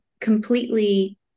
completely